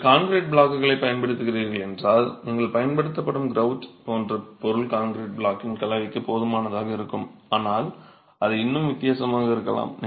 நீங்கள் கான்கிரீட் பிளாக்குகளைப் பயன்படுத்துகிறீர்கள் என்றால் நீங்கள் பயன்படுத்தும் கிரவுட் போன்ற பொருள் கான்கிரீட் பிளாக்கின் கலவைக்கு போதுமானதாக இருக்கும் ஆனால் அது இன்னும் வித்தியாசமாக இருக்கலாம்